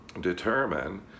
determine